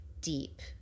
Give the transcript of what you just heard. deep